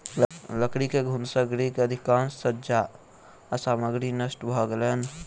लकड़ी के घुन से गृह के अधिकाँश सज्जा सामग्री नष्ट भ गेलैन